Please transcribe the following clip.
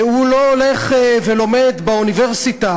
הוא לא הולך ולומד באוניברסיטה.